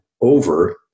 over